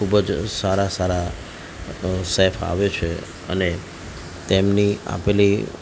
ખૂબ જ સારા સારા સેફ આવે છે અને તેમની આપેલી